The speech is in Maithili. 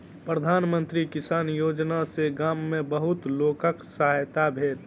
प्रधान मंत्री किसान योजना सॅ गाम में बहुत लोकक सहायता भेल